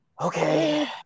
okay